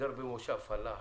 גר במושב, פלאח.